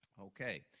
Okay